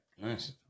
nice